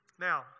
Now